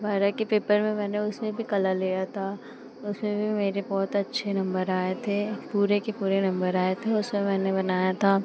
बारह के पेपर में मैंने उसमें भी कलर लिया था उसमें भी मेरे बहुत अच्छे नम्बर आए थे पूरे के पूरे नम्बर आए थे उसमें मैंने बनाया था